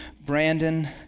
Brandon